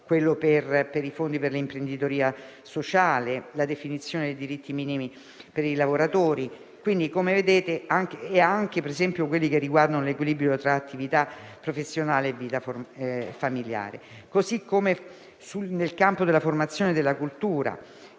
quello per i fondi per l'imprenditoria sociale, alla definizione di diritti minimi per i lavoratori e anche a quelli che riguardano l'equilibrio tra attività professionale e vita familiare. Così come, nel campo della formazione e della cultura,